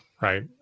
right